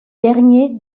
dernier